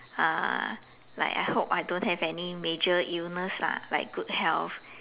uh like I hope I don't have any major illness lah like good health